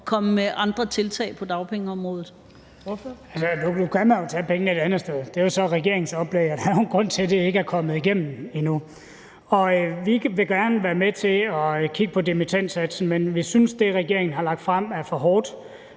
Kl. 13:45 Andreas Steenberg (RV): Nu kan man jo tage pengene et andet sted fra. Det er regeringens oplæg, og der er jo en grund til, at det ikke er kommet igennem endnu. Vi vil gerne være med til at kigge på dimittendsatsen, men vi synes, at det, regeringen har lagt frem, er for hårdt.